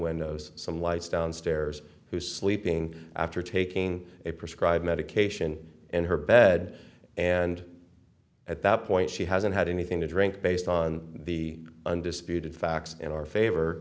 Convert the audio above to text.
windows some lights downstairs who's sleeping after taking a prescribed medication in her bed and at that point she hasn't had anything to drink based on the undisputed facts in our favor